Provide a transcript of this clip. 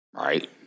right